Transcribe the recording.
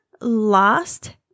lost